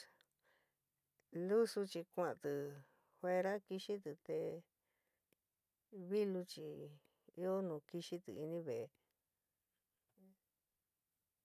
Lúsu chi kuan'ti fuera kixitɨ te vilú chɨó ɨó nu kixití inive'é.